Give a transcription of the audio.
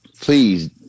Please